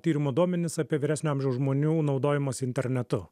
tyrimo duomenis apie vyresnio amžiaus žmonių naudojimąsi internetu